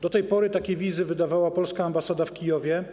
Do tej pory takie wizy wydawała polska ambasada w Kijowie.